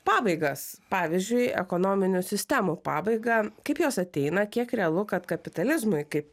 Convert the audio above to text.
pabaigas pavyzdžiui ekonominių sistemų pabaigą kaip jos ateina kiek realu kad kapitalizmui kaip